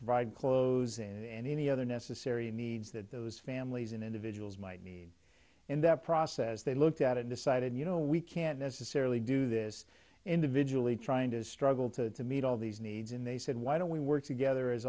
provide clothes and any other necessary needs that those families and individuals might need in that process they looked at it decided you know we can't necessarily do this individually trying to struggle to meet all these needs and they said why don't we work together as